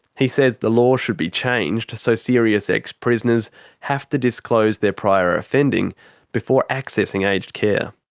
he says the law should be changed so serious ex-prisoners have to disclose their prior offending before accessing aged care.